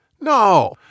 No